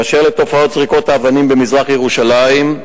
2. באשר לתופעת זריקות האבנים במזרח ירושלים,